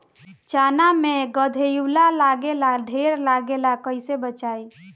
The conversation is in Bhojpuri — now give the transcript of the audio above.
चना मै गधयीलवा लागे ला ढेर लागेला कईसे बचाई?